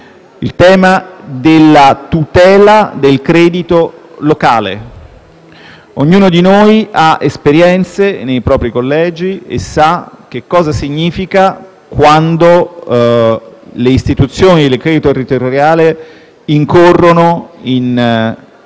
al tema della tutela del credito locale. Ognuno di noi ha esperienze nei propri collegi e sa cosa significa quando le istituzioni del credito territoriale incorrono in